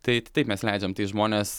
tai taip mes leidžiam tai žmonės